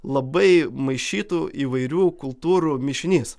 labai maišytų įvairių kultūrų mišinys